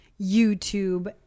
YouTube